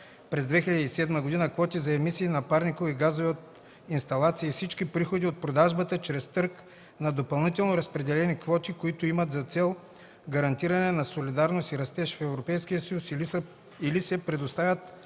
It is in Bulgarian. през 2007 г. квоти за емисии на парникови газове от инсталации и всички приходи от продажбата чрез търг на допълнително разпределени квоти, които имат за цел гарантиране на солидарност и растеж в Европейския съюз или се предоставят